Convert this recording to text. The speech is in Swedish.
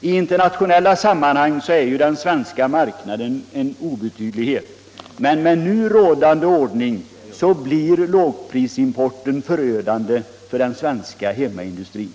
I internationella sammanhang är ju den svenska marknaden en obetydlighet, men med nu rådande ordning blir lågprisimporten förödande för den svenska hemmaindustrin.